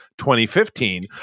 2015